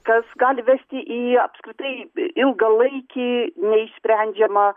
kas gali vesti į apskaitai ilgalaikį neišsprendžiamą